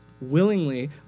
willingly